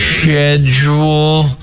schedule